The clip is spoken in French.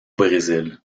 brésil